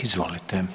Izvolite.